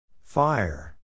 Fire